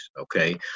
Okay